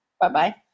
Bye-bye